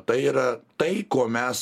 tai yra tai ko mes